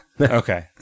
Okay